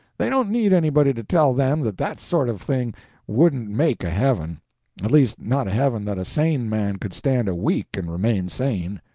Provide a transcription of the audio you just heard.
they don't need anybody to tell them that that sort of thing wouldn't make a heaven at least not a heaven that a sane man could stand a week and remain sane.